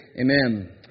Amen